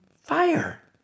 fire